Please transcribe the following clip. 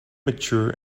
mature